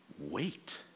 wait